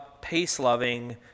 peace-loving